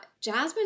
Jasmine